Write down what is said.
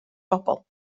bobol